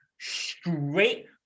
straight